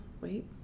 Wait